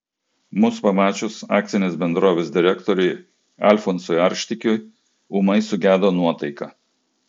mus pamačius akcinės bendrovės direktoriui alfonsui arštikiui ūmai sugedo nuotaika